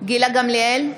גילה גמליאל,